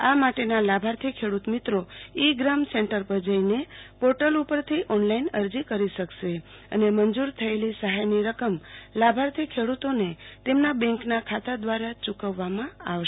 આ માટેના લાભાર્થી ખેડૂત મિત્રો ઈ ગ્રામ સેન્ટર પર જઈને પોર્ટલ ઉપરથી ઓનલાઈન અરજી કરી શકાશે અને મંજુર થયેલી સહાયની રકમ લાભાર્થી ખેડૂતોને તેમના બેન્કના ખાતા દ્વારા યુકવવામાં આવશે